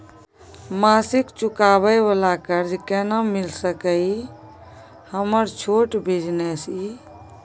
मासिक चुकाबै वाला कर्ज केना मिल सकै इ हमर छोट बिजनेस इ?